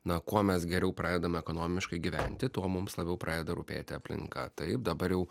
na kuo mes geriau pradedame ekonomiškai gyventi tuo mums labiau pradeda rūpėti aplinka taip dabar jau